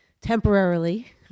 temporarily